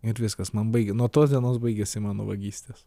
ir viskas man baigi nuo tos dienos baigėsi mano vagystės